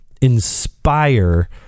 inspire